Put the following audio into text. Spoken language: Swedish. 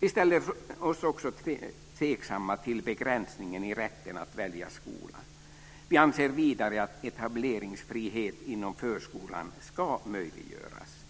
Vi ställer oss också tveksamma till begränsningen i rätten att välja skola. Vi anser vidare att etableringsfrihet inom förskolan ska möjliggöras.